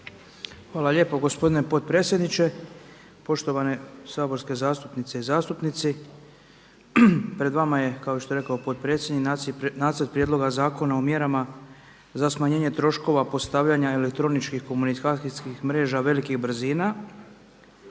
Hvala lijepo gospodine potpredsjedniče. Poštovane saborske zastupnice i zastupnici pred vama je kao što je rekao potpredsjednik nacrt prijedloga Zakona o mjerama za smanjenje troškova postavljenih elektroničkih komunikacijskih mreža velikih brzina.